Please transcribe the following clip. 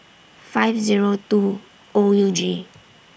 five Zero two O U G